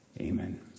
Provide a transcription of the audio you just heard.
Amen